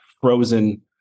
frozen